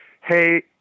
Hey